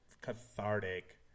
cathartic